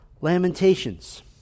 Lamentations